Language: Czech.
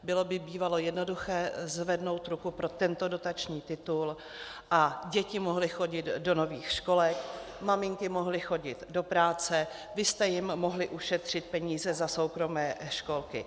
Bylo by bývalo jednoduché zvednout ruku pro tento dotační titul a děti mohly chodit do nových školek, maminky mohly chodit do práce, vy jste jim mohli ušetřit peníze za soukromé školky.